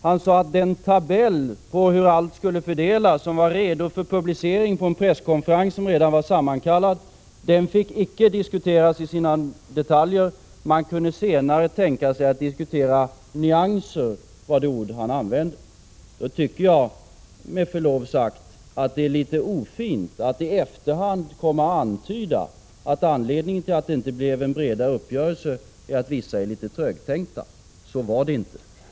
Han sade att den tabell över hur allt skulle fördelas som var redo för publicering på en presskonferens som redan var sammankallad fick icke diskuteras i sina detaljer. Man kunde senare tänka sig att diskutera nyanser — det var det ord han använde. Då tycker jag med förlov sagt att det är en smula ofint att i efterhand komma och antyda att anledningen till att det inte blev en bredare uppgörelse är att vissa är litet trögtänkta. Så var det inte.